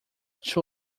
two